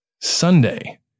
Sunday